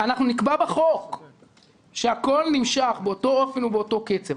אנחנו נקבע בחוק שהכול נמשך באותו אופן ובאותו קצב.